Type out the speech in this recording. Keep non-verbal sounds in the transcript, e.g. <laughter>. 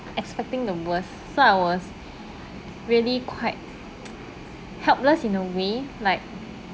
expecting the worst so I was really quite <noise> helpless in a way like